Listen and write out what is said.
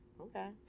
Okay